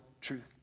truth